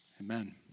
Amen